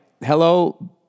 Hello